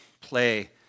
play